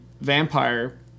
vampire